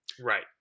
Right